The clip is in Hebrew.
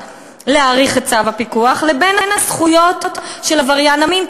להאריך את צו הפיקוח לבין הזכויות של עבריין המין,